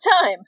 time